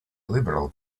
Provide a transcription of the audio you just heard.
liberal